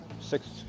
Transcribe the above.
six